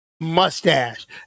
mustache